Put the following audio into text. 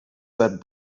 that